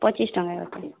ପଚିଶ ଟଙ୍କା ରଖିଲେ